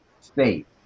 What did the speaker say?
state